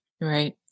Right